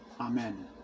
amen